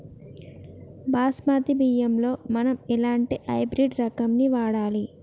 బాస్మతి బియ్యంలో మనం ఎలాంటి హైబ్రిడ్ రకం ని వాడాలి?